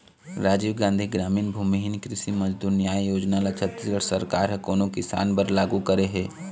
राजीव गांधी गरामीन भूमिहीन कृषि मजदूर न्याय योजना ल छत्तीसगढ़ सरकार ह कोन किसान बर लागू करे हे?